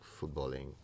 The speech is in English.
footballing